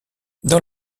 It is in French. dans